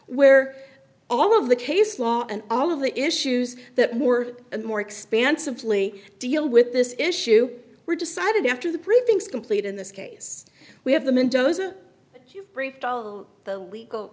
where all of the case law and all of the issues that more and more expansively deal with this issue were decided after the briefings complete in this case we have the mendoza briefed on the legal